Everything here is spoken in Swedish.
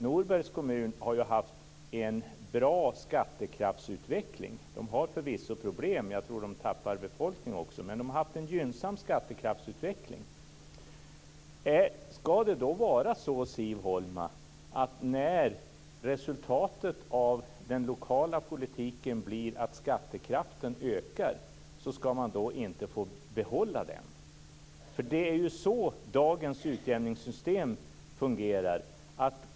Norbergs kommun har ju haft en bra skattekraftsutveckling. De har förvisso problem. Jag tror att de tappar befolkning också. Men de har haft en gynnsam skattekraftsutveckling. Ska det då vara så, Siv Holma, att när resultatet av den lokala politiken blir att skattekraften ökar ska man inte få behålla denna ökning? Det är ju så dagens utjämningssystem fungerar.